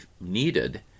needed